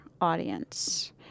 audience